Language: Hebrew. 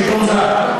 שלטון זר.